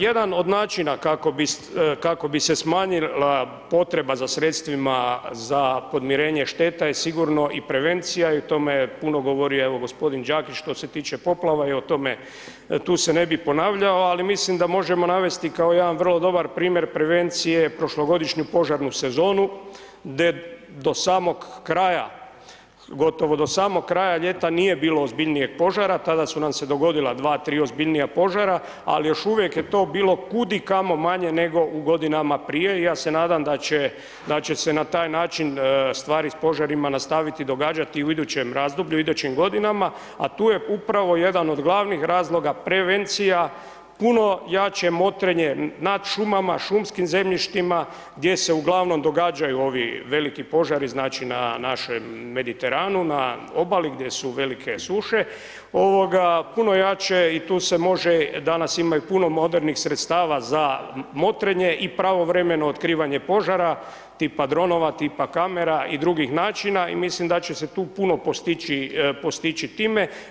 Jedan od načina kako bi se smanjila potreba za sredstvima za podmirenje šteta je sigurno i prevencija i o tome puno govori evo g. Đakić što se tiče poplava i o tome, tu se ne bih ponavljao, ali mislim da možemo navesti kao jedan vrlo dobar primjer prevencije prošlogodišnju požarnu sezonu gdje do samog kraja, gotovo do samog kraja ljeta nije bilo ozbiljnijeg požara, tada su nam se dogodila dva, tri ozbiljnija požara, ali još uvijek je to bilo kudikamo manje nego u godinama prije i ja se nadam da će se na taj način stvari s požarima nastaviti događati u idućem razdoblju, u idućim godinama, a tu je upravo jedan od glavnih razloga prevencija, puno jače motrenje nad šumama, šumskim zemljištima, gdje se uglavnom događaju ovi veliki požari, znači na našem Mediteranu, na obali gdje su velike suše, puno jače i tu se može, danas ima i puno modernih sredstava za motrenje i pravovremeno otkrivanje požara, tipa dronova, tipa kamera i drugih načina i mislim da će se tu puno postići time.